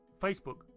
Facebook